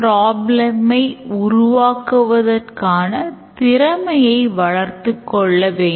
பேராசிரியர் course details ஐ பதிவு செய்யலாம் மாணவர் course offering ஐ தேர்வு செய்யலாம்